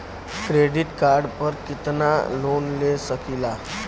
Credit card पर कितनालोन ले सकीला?